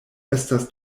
estas